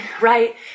right